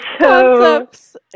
Concepts